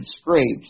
scrapes